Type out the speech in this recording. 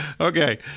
Okay